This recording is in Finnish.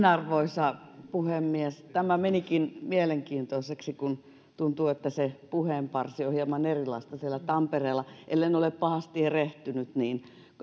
arvoisa puhemies tämä menikin mielenkiintoiseksi kun tuntuu että puheenparsi on hieman erilaista siellä tampereella ellen ole pahasti erehtynyt niin